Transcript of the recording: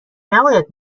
نباید